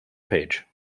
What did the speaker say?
page